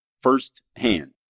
firsthand